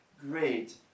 great